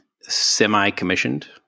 semi-commissioned